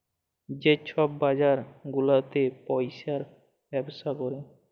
যে ছব বাজার গুলাতে পইসার ব্যবসা ক্যরে